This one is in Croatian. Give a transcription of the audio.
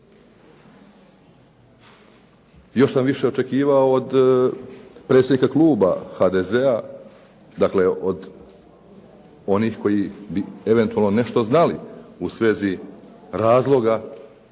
Još sam više očekivao od predsjednika kluba HDZ-a, dakle od onih koji bi eventualno nešto znali u svezi razloga,